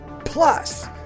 Plus